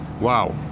wow